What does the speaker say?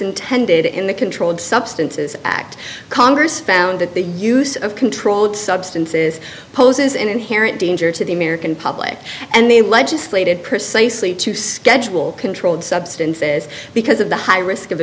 intended in the controlled substances act congress found that the use of controlled substances poses an inherent danger to the american public and they legislated precisely to schedule controlled substances because of the high risk of